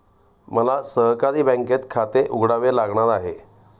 मला सहकारी बँकेत खाते उघडावे लागणार आहे